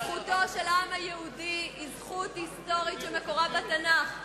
זכותו של העם היהודי היא זכות היסטורית שמקורה בתנ"ך.